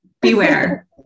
Beware